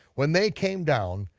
when they came down,